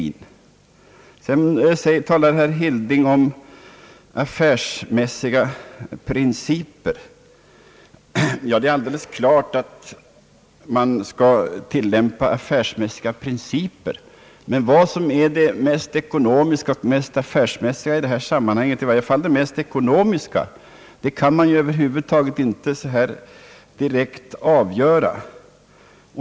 Sedan talar herr Hilding om affärsmässiga principer. Ja, det är alldeles klart att sådana skall tillämpas, men vad som i detta sammanhang är det mest affärsmässiga, och i varje fall det mest ekonomiska, kan man i allmänhet inte direkt avgöra.